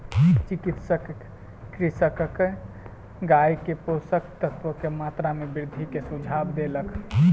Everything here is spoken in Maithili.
चिकित्सक कृषकक गाय के पोषक तत्वक मात्रा में वृद्धि के सुझाव देलक